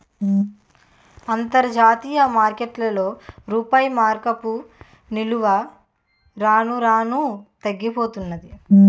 అంతర్జాతీయ మార్కెట్లో రూపాయి మారకపు విలువ రాను రానూ తగ్గిపోతన్నాది